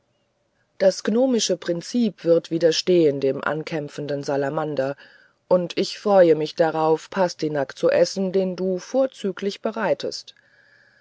das gnomische prinzip wird widerstehen dem ankämpfenden salamander und ich freue mich darauf pastinak zu essen den du vorzüglich bereitest